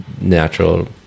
natural